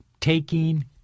taking